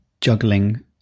juggling